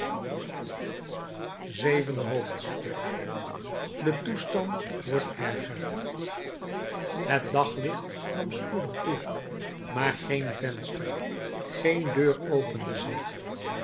zevende hoofdstuk de toestand wordt erger het daglicht nam spoedig toe maar geen venster geen deur opende zich